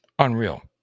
Unreal